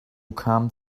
come